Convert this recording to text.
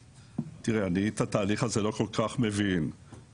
אני לא כל כך מבין בתהליך הזה.